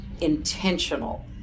intentional